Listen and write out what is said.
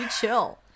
chill